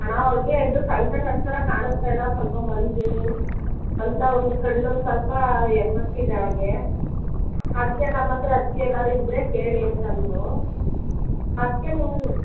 ಅಣ್ಣ ಅವ್ರಿಗೆ ಇದು ಸಣ್ಣ ಸಣ್ಣ ಅಕ್ಷರ ಕಾಣಿಸ್ತಾ ಇಲ್ಲ ಸ್ವಲ್ಪ ಮಂಜು ಅಂತ ಒಂದು ಕಣ್ಣು ಸ್ವಲ್ಪ ಎಫೆಕ್ಟ್ ಇದೆ ಅವ್ಳಿಗೆ ಅದಕ್ಕೆ ನಮ್ಮ ಹತ್ರ ಅದಕ್ಕೆ ಎಲ್ಲಾದ್ರು ಇದ್ದರೆ ಹೇಳಿ ಅಂತಂದರು ಅದಕ್ಕೆ ನಿಮ್ಮ